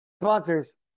sponsors